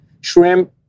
Shrimp